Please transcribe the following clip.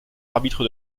arbitre